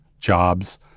jobs